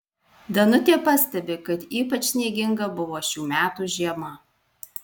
danutė pastebi kad ypač snieginga buvo šių metų žiema